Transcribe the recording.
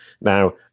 Now